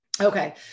Okay